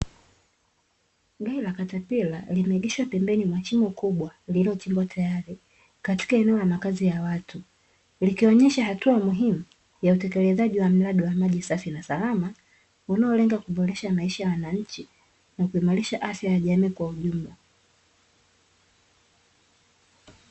Gari la katapila limeegeshwa pembeni ya shimo kubwa lililochimbwa tayari kaika eneo la makazi ya watu. Likionyesha hatua muhimu ya utekelezaji wa mradi wa maji safi na salama unaolenga kuboresha maisha ya wananchi na kuimarisha afya ya jamii kwa ujumla.